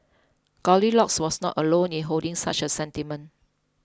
Goldilocks was not alone in holding such a sentiment